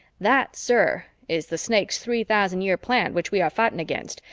that, sir, is the snakes' three-thousand-year plan which we are fighting against,